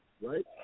Right